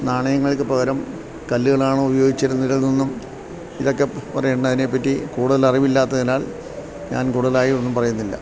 നാണയങ്ങൾക്കു പകരം കല്ലുകളാണോ ഉപയോഗിച്ചിരുന്നത് എന്നൊന്നും ഇതൊക്കെ പറയേണ്ടതിനെപ്പറ്റി കൂടുതൽ അറിവില്ലാത്തതിനാൽ ഞാൻ കൂടുതലായി ഒന്നും പറയുന്നില്ല